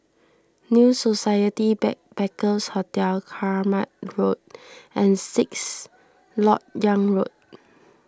New Society Backpackers' Hotel Kramat Road and Sixth Lok Yang Road